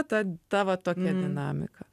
ta ta va tokia dinamika